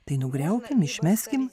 tai nugriaukim išmeskim